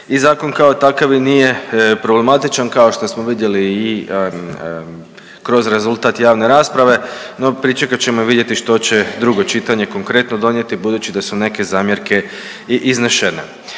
i zakon kao takav i nije problematičan kao što smo vidjeli i kroz rezultat javne rasprave no pričekat ćemo i vidjeti što će drugo čitanje konkretno donijeti budući da su neke zamjerke i iznešene.